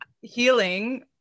healing